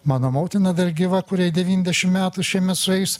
mano motina dar gyva kuriai devyniasdešim metų šiemet sueis